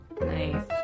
Nice